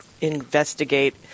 investigate